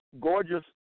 Gorgeous